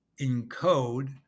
encode